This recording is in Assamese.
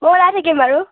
মই ওলাই থাকিম বাৰু